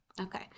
Okay